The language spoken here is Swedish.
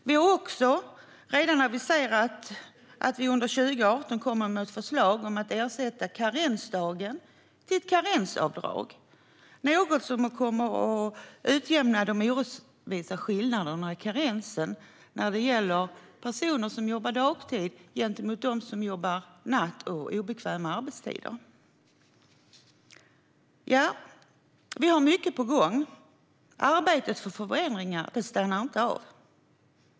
Vi har också redan aviserat att vi under 2018 kommer med ett förslag om att ersätta karensdagen med ett karensavdrag, något som kommer att utjämna de orättvisa skillnaderna i karensen när det gäller personer som jobbar dagtid gentemot dem som jobbar natt och andra obekväma arbetstider. Vi har mycket på gång. Arbetet för förändringar avstannar inte.